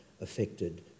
affected